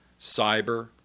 cyber